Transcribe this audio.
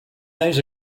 days